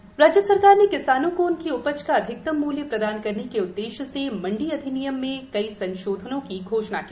अधिकतम मल्य राज्य सरकार ने किसानों को उनकी उपज का अधिकतम मूल्य प्रदान करने के उद्देश्य से मंडी अधिनियम में कई संशोधनों की घोषणा की